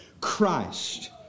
Christ